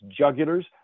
jugulars